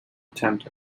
attempt